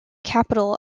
capital